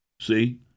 see